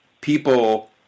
people